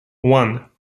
one